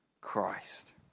Christ